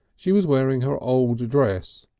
she was wearing her old dress,